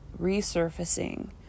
resurfacing